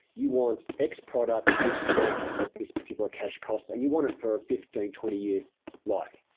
you want x product of this spec at this particular cash cost, and you want it for a fifteen twenty year life.